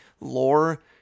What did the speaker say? lore